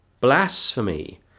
blasphemy